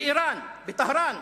באירן, בטהרן.